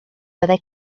byddai